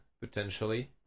potentially